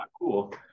cool